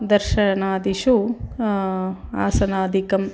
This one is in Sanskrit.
दर्शनादिषु आसनादिकम्